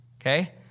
Okay